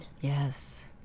Yes